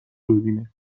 ببینه